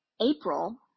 April